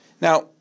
Now